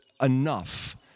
enough